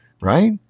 Right